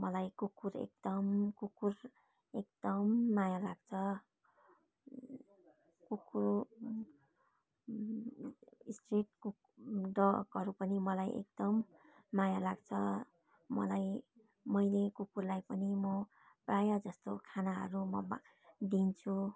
मलाई कुकुर एकदम कुकुर एकदम माया लाग्छ कुकुर स्ट्रिट कुक् डगहरू पनि मलाई एकदम माया लाग्छ मलाई मैले कुकुरलाई पनि म प्राय जस्तो खानाहरू म बा दिन्छु